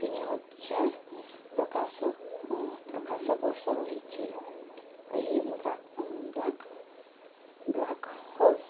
ତିନିହଜାର ପ୍ରକାଶ ପ୍ରକାଶ ବର୍ଷ ରହିଛି ଏହି ବ୍ଲାକ୍ ବ୍ଲାକ୍ ବ୍ଲାକ୍ ହୋଲ୍